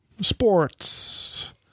Sports